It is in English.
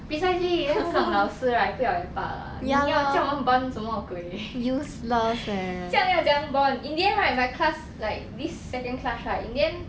precisely then 这种老师 right 不要也罢了你要叫我们 bond 什么鬼 这样要怎么样 bond in the end right my class like this second class right in the end